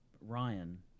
Ryan